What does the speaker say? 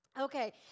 Okay